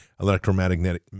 electromagnetic